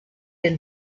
been